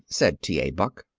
said t. a. buck,